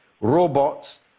robots